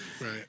right